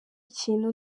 ikintu